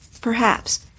perhaps